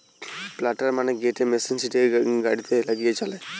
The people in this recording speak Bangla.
প্লান্টার মানে গটে মেশিন সিটোকে গাড়িতে লাগিয়ে চালায়